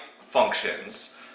functions